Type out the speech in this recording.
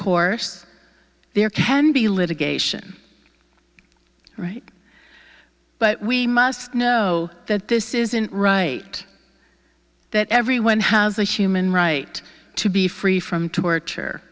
course there can be litigation right but we must know that this isn't right that everyone has a human right to be free from torture